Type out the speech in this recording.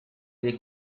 dei